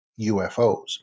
UFOs